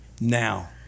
now